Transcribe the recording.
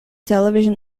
television